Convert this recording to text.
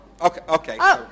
okay